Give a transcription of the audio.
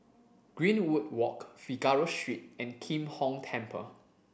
Greenwood Walk Figaro Street and Kim Hong Temple